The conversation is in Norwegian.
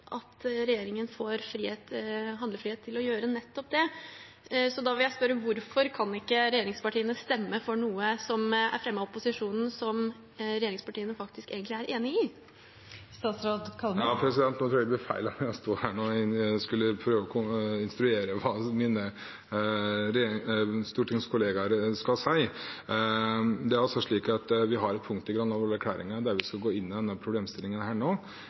at regjeringen får handlefrihet til å gjøre nettopp det. Da vil jeg spørre: Hvorfor kan ikke regjeringspartiene stemme for noe som er fremmet av opposisjonen, og som regjeringspartiene egentlig er enig i? Jeg tror det blir feil av meg å skulle stå her og instruere mine stortingskollegaer i hva de skal si. Vi har et punkt i Granavolden-erklæringen om at vi skal gå inn i denne problemstillingen